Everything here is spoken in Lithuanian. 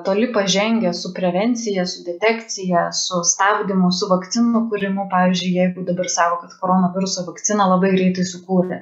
toli pažengę su prevencija su detekcija su stabdymu su vakcinų kūrimu pavyzdžiui jeigu dabar sako kad koronaviruso vakciną labai greitai sukūrė